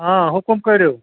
آ حُکُم کٔرِو